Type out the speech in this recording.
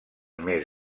més